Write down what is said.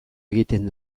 egiten